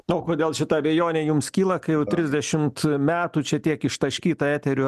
na o kodėl šita abejonė jums kyla kai jau trisdešimt metų čia tiek ištaškyta eterio